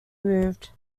moved